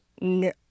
no